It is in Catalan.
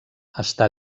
està